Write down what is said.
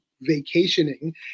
vacationing